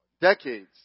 decades